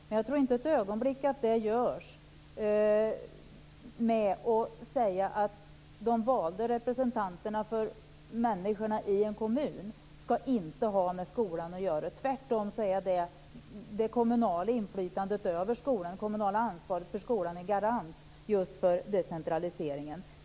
Men jag tror inte ett ögonblick att det åstadkoms genom att säga att de valda representanterna för människorna i en kommun inte ska ha med skolan att göra. Tvärtom är det kommunala ansvaret för skolan en garant just för decentralisering.